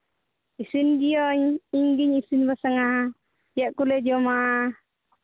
ᱤᱥᱤᱱ ᱜᱤᱭᱟᱹᱧ ᱤᱧ ᱜᱤᱧ ᱤᱥᱤᱱ ᱵᱟᱥᱟᱝᱼᱟ ᱪᱮᱫ ᱠᱚᱞᱮ ᱡᱚᱢᱟ